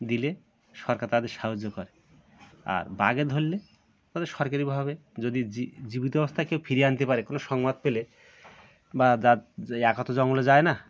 দিলে সরকার তাদের সাহায্য করে আর বাঘে ধরলে তাদের সরকারিভাবে যদি জী জীবিত অবস্থায় কেউ ফিরিয়ে আনতে পারে কোনো সংবাদ পেলে বা যা একা তো জঙ্গলে যায় না